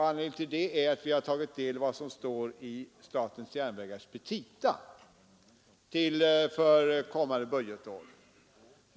Anledningen till det är att vi tagit del av vad som står i statens järnvägars petita för kommande budgetår.